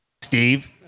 Steve